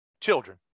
children